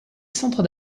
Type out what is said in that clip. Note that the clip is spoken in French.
centres